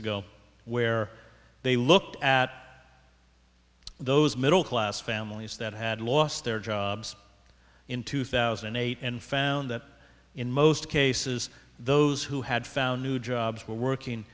ago where they looked at those middle class families that had lost their jobs in two thousand and eight and found that in most cases those who had found new jobs were working